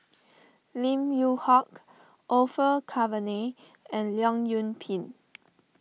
Lim Yew Hock Orfeur Cavenagh and Leong Yoon Pin